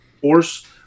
force